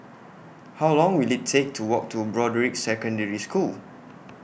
How Long Will IT Take to Walk to Broadrick Secondary School